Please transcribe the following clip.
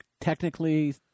technically